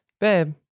babe